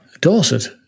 dorset